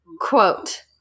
Quote